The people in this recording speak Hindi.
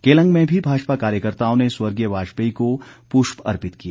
केलंग में भी भाजपा कार्यकर्त्ताओं ने स्वर्गीय वाजपेयी को पुष्प अर्पित किए